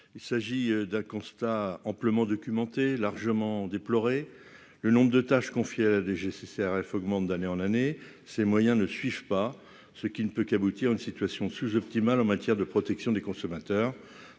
il s'agit d'un constat amplement documenté largement déploré le nombre de tâches, confiée à la DGCCRF augmente d'année en année ces moyens ne suivent pas, ce qui ne peut qu'aboutir une situation sous-optimale en matière de protection des consommateurs,